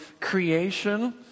creation